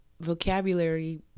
vocabulary